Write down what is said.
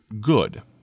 good